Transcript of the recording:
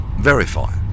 verify